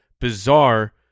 bizarre